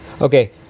Okay